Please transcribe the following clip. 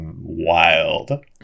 wild